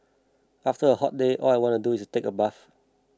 after a hot day all I want to do is take a bath